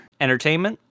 entertainment